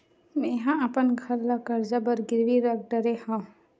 मेहा अपन घर ला कर्जा बर गिरवी रख डरे हव